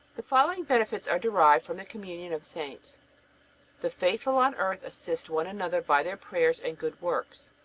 the following benefits are derived from the communion of saints the faithful on earth assist one another by their prayers and good works,